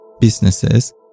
businesses